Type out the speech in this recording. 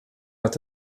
uit